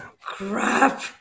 Crap